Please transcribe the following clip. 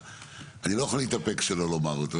אני לא יכול להתאפק שלא לומר אותו,